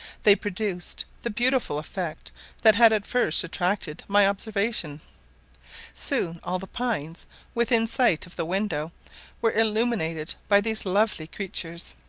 they produced the beautiful effect that had at first attracted my observation soon all the pines within sight of the window were illuminated by these lovely creatures.